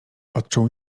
odczuł